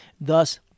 Thus